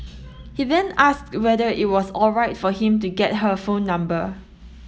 he then asked whether it was alright for him to get her phone number